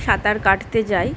সাঁতার কাটতে যাই